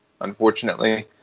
unfortunately